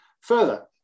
Further